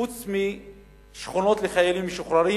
חוץ משכונות לחיילים משוחררים,